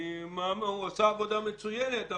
הוא עשה עבודה מצוינת,